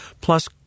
plus